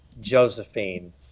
Josephine